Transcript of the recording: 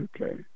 okay